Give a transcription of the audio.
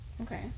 Okay